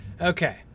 Okay